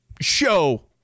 show